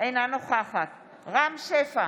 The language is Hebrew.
אינה נוכחת רם שפע,